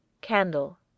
Candle